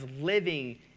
living